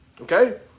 okay